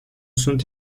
sunt